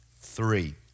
three